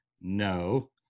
no